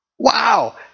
Wow